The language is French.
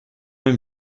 même